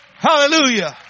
Hallelujah